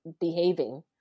behaving